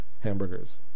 hamburgers